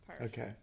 Okay